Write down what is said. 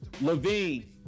Levine